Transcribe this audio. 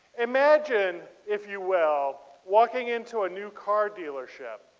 imagine if you will walking into a new car dealership.